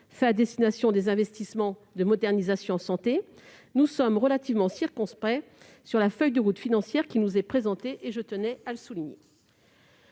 fait en destination des investissements de modernisation de la santé, nous sommes circonspects quant à la feuille de route financière qui nous est présentée. Je tenais à le souligner.